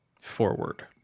forward